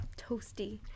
toasty